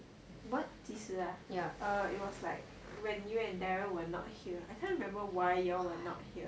what 几十啊 it was like when you and darrell were not here I can't remember why you all were not here